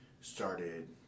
started